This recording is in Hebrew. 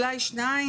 אולי שניים,